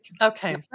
Okay